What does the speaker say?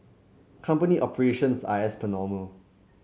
company operations are as per normal